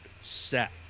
set